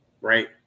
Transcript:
right